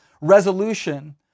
resolution